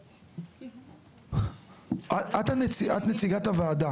את נציגת הוועדה.